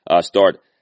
start